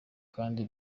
kandi